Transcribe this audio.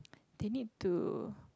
they need to